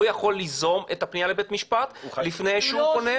הוא יכול ליזום את הפנייה לבית המשפט לפני שהוא פונה?